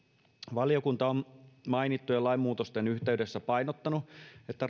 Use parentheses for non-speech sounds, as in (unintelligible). valiokunta on mainittujen lainmuutosten yhteydessä painottanut että (unintelligible)